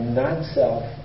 not-self